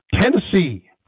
Tennessee